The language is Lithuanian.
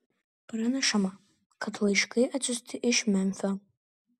pranešama kad laiškai atsiųsti iš memfio